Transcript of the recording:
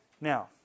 Now